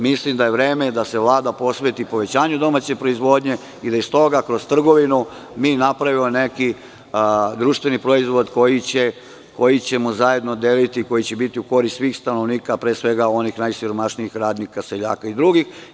Mislim da je vreme da se Vlada posveti povećanju domaće proizvodnje i da iz toga kroz trgovinu mi napravimo neki društveni proizvod koji ćemo zajedno deliti i koji će biti u korist svih stanovnika, a pre svega onih najsiromašnijih radnika, seljaka i drugih.